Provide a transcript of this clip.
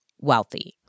wealthy